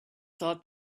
thought